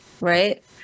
right